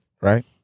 Right